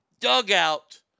dugout